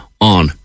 on